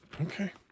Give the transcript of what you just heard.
Okay